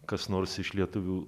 kas nors iš lietuvių